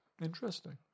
interesting